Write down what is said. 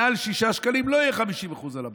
מעל 6 שקלים לא יהיו 50% על הבלו,